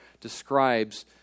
describes